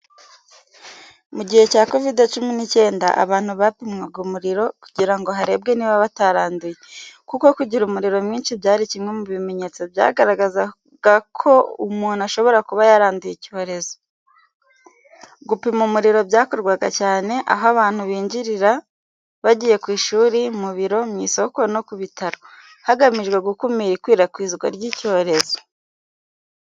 Mu gihe cya kovide cumi n'icyenda, abantu bapimwaga umuriro kugira ngo harebwe niba bataranduye, kuko kugira umuriro mwinshi byari kimwe mu bimenyetso byagaragazaga ko umuntu ashobora kuba yaranduye icyorezo. Gupima umuriro byakorwaga cyane aho abantu binjirira bagiye ku ishuri, mu biro, mu isoko no ku bitaro, hagamijwe gukumira ikwirakwizwa ry'icyorezo.